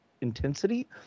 intensity